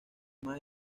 más